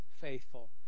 faithful